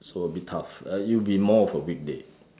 so a bit tough it'd be more of a weekday